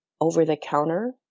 over-the-counter